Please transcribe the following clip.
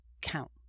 count